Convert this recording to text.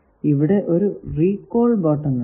ഇവിടെ ഒരു recall button ഉണ്ട്